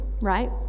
right